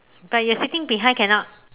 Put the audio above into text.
but you are sitting behind cannot